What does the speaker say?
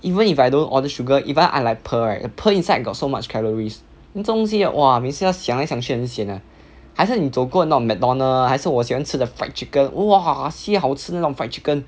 even if I don't order sugar even I like pearl right the pearl inside got so much calories then 这种东西 !wah! 每次要想来想去想到很闲还是你走过那种 McDonald's 还是我喜欢吃的 fried chicken !wah! sibei 好吃那种 fried chicken